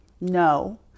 no